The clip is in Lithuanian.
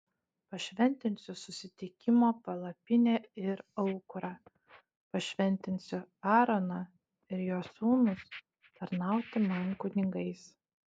pašventinsiu susitikimo palapinę ir aukurą pašventinsiu aaroną ir jo sūnus tarnauti man kunigais